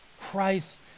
Christ